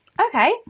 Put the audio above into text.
Okay